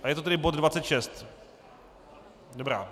A je to tedy bod 26. Dobrá.